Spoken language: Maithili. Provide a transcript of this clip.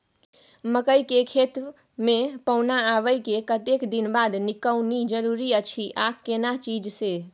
मकई के खेत मे पौना आबय के कतेक दिन बाद निकौनी जरूरी अछि आ केना चीज से?